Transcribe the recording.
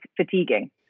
fatiguing